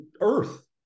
earth